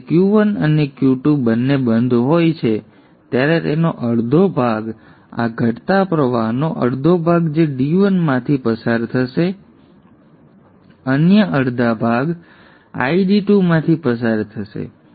હવે જ્યારે Q1 Q2 બંને બંધ હોય છે ત્યારે તેનો અડધો ભાગ આ ઘટતા પ્રવાહનો અડધો ભાગ જે D1 માંથી પસાર થશે અન્ય અડધા ભાગ ID2 માંથી પસાર થશે